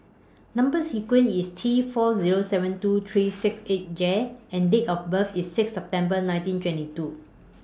Number sequence IS T four Zero seven two three six eight J and Date of birth IS six September nineteen twenty two